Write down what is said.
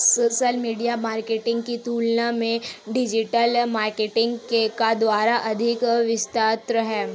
social media marketing की तुलना में डिजिटल मार्केटिंग का दायरा अधिक विस्तृत है